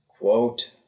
quote